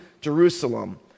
jerusalem